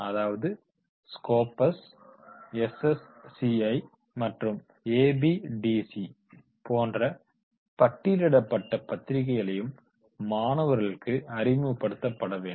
அதாவது ஸ்கோபஸ் மற்றும் போன்ற பட்டியலிடப்பட்ட பத்திரிக்கைகளையும் மாணவர்களுக்கு அறிமுகப்படுத்தப்பட வேண்டும்